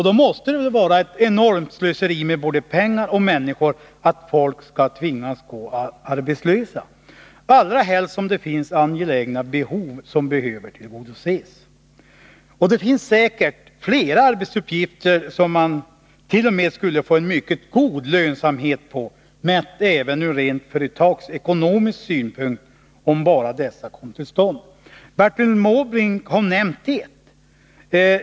Då måste det vara ett enormt slöseri med både pengar och människor att folk skall tvingas gå arbetslösa, allra helst som det finns angelägna behov som behöver tillgodoses. Det finns säkert flera arbetsuppgifter som t.o.m. skulle ge en mycket god lönsamhet, även ur rent företagsekonomisk synpunkt, om bara dessa kom till stånd. Bertil Måbrink har nämnt en.